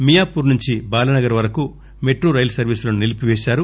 మియాపూర్ నుంచి బాలానగర్ వరకు metro rail సర్వీసులను నిలీపి పేశారు